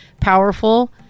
powerful